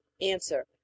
Answer